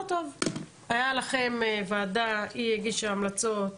היה לכם ועדה, היא הגישה המלצות.